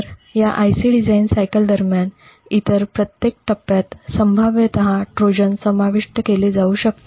तर या IC design cycle दरम्यान इतर प्रत्येक टप्पात संभाव्यत ट्रोजन समाविष्ट केले जाऊ शकते